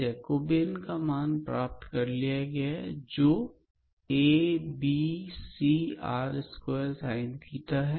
Jacobian सारणिक का मान ज्ञात किया जा सकता है जो है